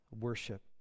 worship